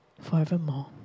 forevermore